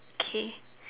okay